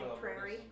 Prairie